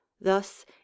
thus